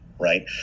right